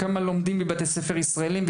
כמה לומדים בבתי ספר ישראליים,